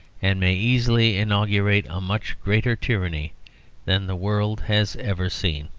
and may easily inaugurate a much greater tyranny than the world has ever seen.